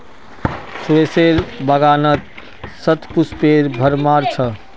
सुरेशेर बागानत शतपुष्पेर भरमार छ